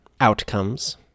outcomes